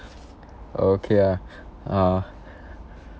okay ah ah